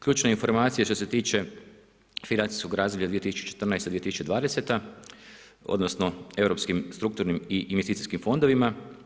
Ključne informacije što se tiče financijskog razdoblja 2014.-2020. odnosno europskim strukturnim i investicijskim fondovima.